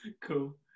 cool